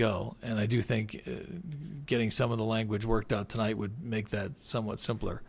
go and i do think getting some of the language worked out tonight would make that somewhat sim